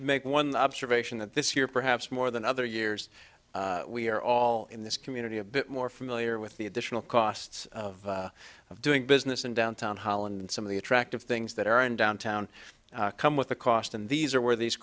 make one observation that this year perhaps more than other years we are all in this community a bit more familiar with the additional costs of doing business in downtown holland some of the attractive things that are in downtown come with the cost and these are where these